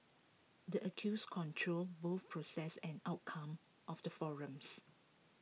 the accused controls both process and outcome of the forums